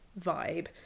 vibe